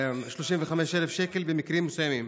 35,000 שקל במקרים מסוימים.